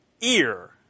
Ear